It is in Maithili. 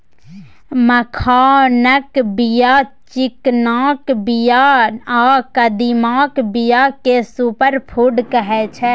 मखानक बीया, चिकनाक बीया आ कदीमाक बीया केँ सुपर फुड कहै छै